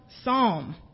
Psalm